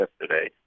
yesterday